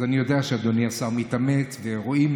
אז אני יודע שאדוני השר מתאמץ, ורואים